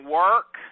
work